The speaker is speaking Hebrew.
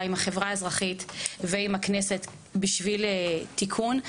בין החברה האזרחית והכנסת בשביל התיקון.